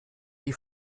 die